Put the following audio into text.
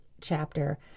chapter